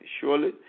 Surely